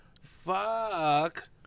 Fuck